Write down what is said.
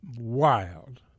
wild